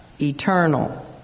eternal